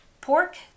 pork